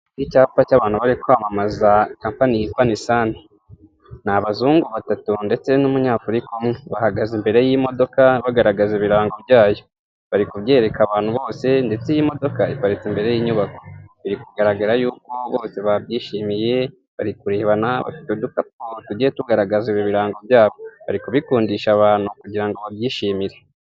Icyapa cy'abantu bari kwamamaza kampani yitwa Nisani, ni abazungu batatu ndetse n'umunyafurika umwe, bahagaze imbere y'imodoka bagaragaza ibirango byayo, bari kubyeyereka abantu bose ndetse iyi modoka iparitse imbere y'inyubako, birikugara yuko babyishimiye, bari kurebana bafite udukapu mu ntoki, tugiye tugaragaza ibi birango byabo, bari kubikundisha abantu kugirango babyishimire.